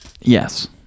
Yes